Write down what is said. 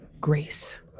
grace